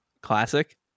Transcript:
Classic